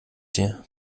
dir